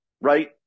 right